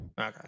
Okay